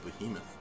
behemoth